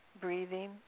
breathing